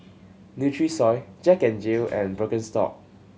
Nutrisoy Jack N Jill and Birkenstock